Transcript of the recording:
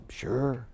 sure